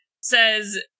says